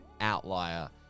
outlier